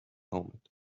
helmet